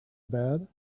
bad